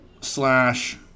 slash